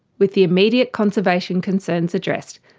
with the immediate conservation concerns addressed,